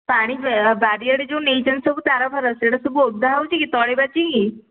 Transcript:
ପାଣି ବାରି ଆଡ଼େ ଯେଉଁ ନେଇଛନ୍ତି ତାର ଫାର ସେଇଟା ସବୁ ଓଦା ହେଉଛିକି ତଳେ ବାଜିକି